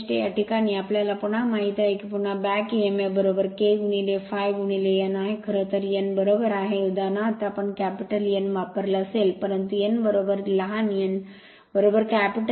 या प्रकरणात आम्हाला पुन्हा माहित आहे की पुन्हा back emf K ∅ n आहे खरं तर n बरोबर आहे उदाहरणार्थ आपण कॅपिटल N वापरला असेल परंतु n लहान n कॅपिटल N